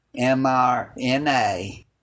mRNA